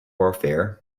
warfare